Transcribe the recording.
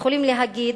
יכולים להגיד: